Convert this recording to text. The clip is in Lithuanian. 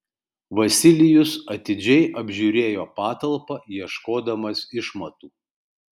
vasilijus atidžiai apžiūrėjo patalpą ieškodamas išmatų